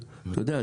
אתה יודע,